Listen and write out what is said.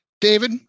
David